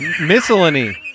miscellany